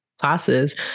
classes